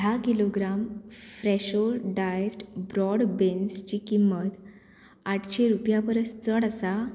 धा किलोग्राम फ्रॅशो diced broad बिन्सची किंमत आठशी रुपया परस चड आसा